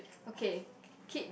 okay Kit